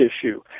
issue